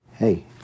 Hey